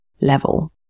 level